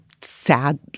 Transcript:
sad –